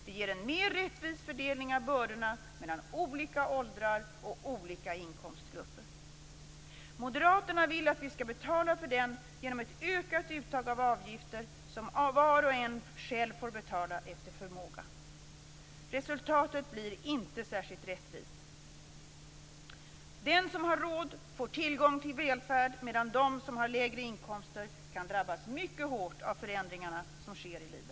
Det ger en mer rättvis fördelning av bördorna mellan olika åldrar och olika inkomstgrupper. Moderaterna vill att vi skall betala för den genom ett ökat uttag av avgifter som var och en själv får betala efter förmåga. Resultatet blir inte särskilt rättvist. Den som har råd får tillgång till välfärd medan de som har lägre inkomster kan drabbas mycket hårt av de förändringar som sker i livet.